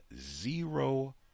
zero